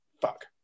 fuck